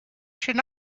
should